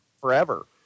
forever